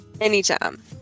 Anytime